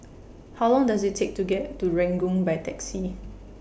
How Long Does IT Take to get to Ranggung By Taxi